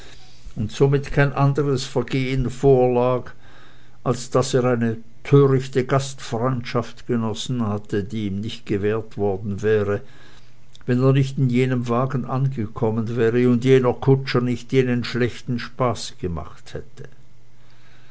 und somit kein anderes vergehen vorlag als daß er eine törichte gastfreundschaft genossen hatte die ihm nicht gewährt worden wäre wenn er nicht in jenem wagen angekommen wäre und jener kutscher nicht jenen schlechten spaß gemacht hätte